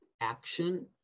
action